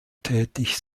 tätig